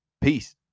Peace